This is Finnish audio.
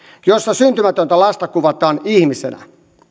jossa syntymätöntä lasta kuvataan ihmisenä